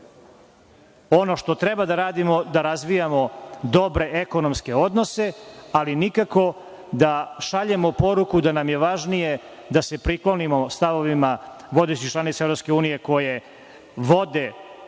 Ono što treba da radimo, da razvijamo dobre evropske odnose, ali nikako da šaljemo poruku da nam je važnije da se priklonimo stavovima vodećih članica EU koje vode